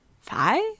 five